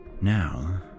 now